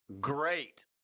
great